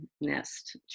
nest